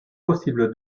possible